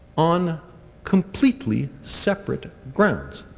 on completely separate grounds.